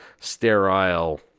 sterile